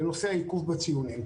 נושא העיכוב בציונים,